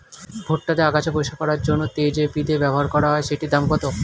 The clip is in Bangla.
ভুট্টা তে আগাছা পরিষ্কার করার জন্য তে যে বিদে ব্যবহার করা হয় সেটির দাম কত?